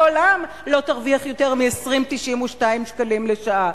לעולם לא תרוויח יותר מ-20.92 שקלים לשעה?